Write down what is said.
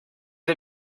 fue